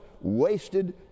wasted